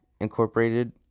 incorporated